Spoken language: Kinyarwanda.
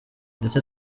ndetse